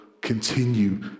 continue